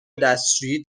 دستشویی